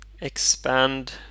expand